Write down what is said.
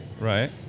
Right